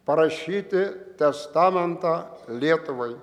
parašyti testamentą lietuvai